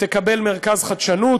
תקבל מרכז חדשנות,